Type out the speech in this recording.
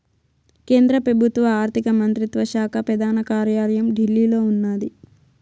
కేంద్ర పెబుత్వ ఆర్థిక మంత్రిత్వ శాక పెదాన కార్యాలయం ఢిల్లీలో ఉన్నాది